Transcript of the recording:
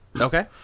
Okay